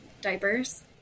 diapers